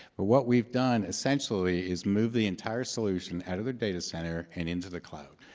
but what we've done essentially is move the entire solution out of the data center and into the cloud.